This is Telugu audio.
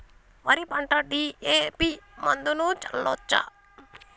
వరి పంట డి.ఎ.పి మందును చల్లచ్చా?